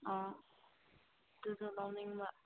ꯑꯥ ꯑꯗꯨꯗ ꯂꯧꯅꯤꯡꯕ